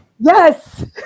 Yes